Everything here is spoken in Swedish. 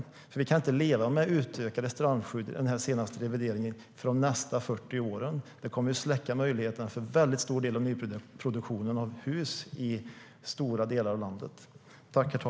Vi kan inte leva med utökade strandskydd som i den senaste revideringen för nästkommande 40 år. Det kommer att släcka möjligheterna för en väldigt stor del av nyproduktionen av hus i stora delar av landet.